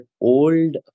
old